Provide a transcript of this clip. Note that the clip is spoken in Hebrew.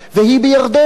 והיא בירדן.